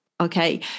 okay